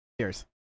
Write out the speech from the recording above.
Cheers